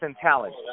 talent